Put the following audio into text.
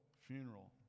funeral